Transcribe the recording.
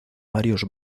varios